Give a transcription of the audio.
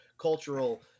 cultural